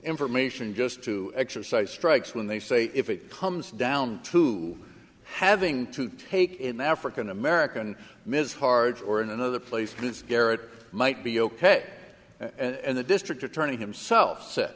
information just to exercise strikes when they say if it comes down to having to take in african american ms hard or in another place it's garratt might be ok and the district attorney himself s